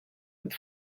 and